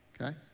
Okay